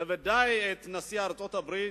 בוודאי את נשיא ארצות-הברית,